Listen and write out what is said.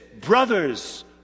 brothers